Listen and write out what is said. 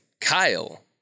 Kyle